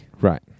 Right